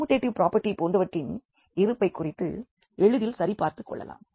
commutative property போன்றவற்றின் இருப்பைக் குறித்து எளிதில் சரிபார்த்துக் கொள்ளலாம்